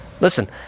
Listen